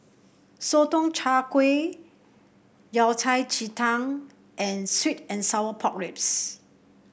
Sotong Char Kway Yao Cai Ji Tang and sweet and Sour Pork Ribs